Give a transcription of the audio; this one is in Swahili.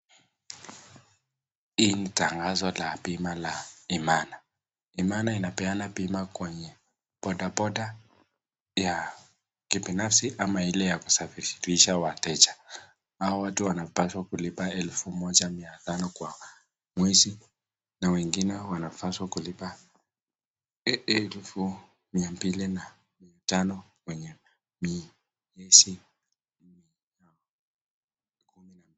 Hii ni tangazo la bima la Imala, Imala inapeana bima kwenye bodaboda ya kibinafsi ama ile ya kusafirisha wateja, hao watu wanapaswa kulipa elfu moja mia tano kwa mwezi, na wengine wanapaswa kulipa elfu mbili na mia tano kwenye mwezi.